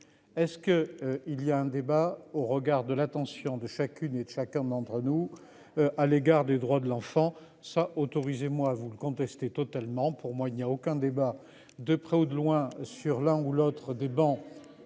Est-ce que il y a un débat au regard de l'intention de chacune et chacun d'entre nous. À l'égard des droits de l'enfant ça autorisé moi vous le contestez totalement pour moi il n'y a aucun débat de près ou de loin sur l'un ou l'autre des bancs